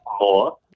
more